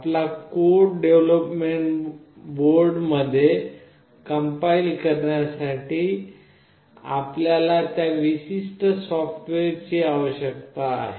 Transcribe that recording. आपला code development board मध्ये compile करण्यासाठी आपल्यास त्या विशिष्ट सॉफ्टवेअरची आवश्यकता आहे